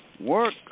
work